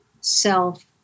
self